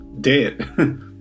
dead